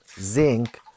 zinc